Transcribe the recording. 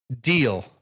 Deal